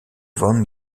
von